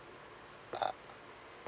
uh uh